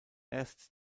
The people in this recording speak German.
erst